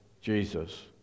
Jesus